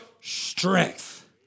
strength